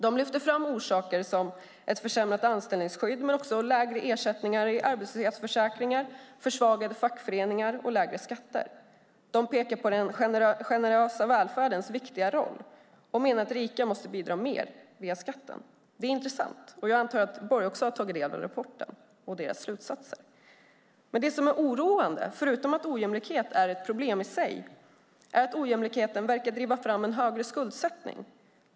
De lyfter fram orsaker som ett försämrat anställningsskydd men också lägre ersättningar i arbetslöshetsförsäkringar, försvagade fackföreningar och lägre skatter. De pekar på den generösa välfärdens viktiga roll och menar att rika måste bidra mer via skatten. Det är intressant. Jag antar att Borg också har tagit del av rapporten och slutsatserna där. Det som är oroande, förutom att ojämlikhet är ett problem i sig, är att ojämlikheten verkar driva fram en högre skuldsättning.